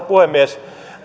puhemies